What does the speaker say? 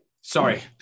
Sorry